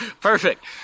Perfect